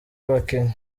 abakinnyi